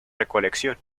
recolección